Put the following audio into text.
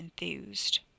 enthused